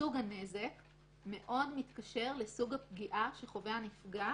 סוג הנזק שמאוד מתקשר לסוג הפגיעה שחווה הנפגע